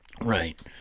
Right